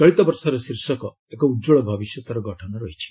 ଚଳିତବର୍ଷର ଶୀର୍ଷକ 'ଏକ ଉଜ୍ଜଳ ଭବିଷ୍ୟତର ଗଠନ' ରହିଛି